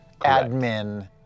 admin